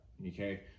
Okay